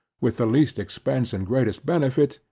with the least expence and greatest benefit,